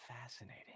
fascinating